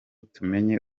tumenye